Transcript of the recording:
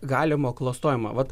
galimo klastojimo vat